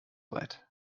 weit